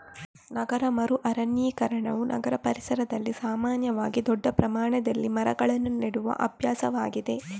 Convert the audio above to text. ನಗರ ಮರು ಅರಣ್ಯೀಕರಣವು ನಗರ ಪರಿಸರದಲ್ಲಿ ಸಾಮಾನ್ಯವಾಗಿ ದೊಡ್ಡ ಪ್ರಮಾಣದಲ್ಲಿ ಮರಗಳನ್ನು ನೆಡುವ ಅಭ್ಯಾಸವಾಗಿದೆ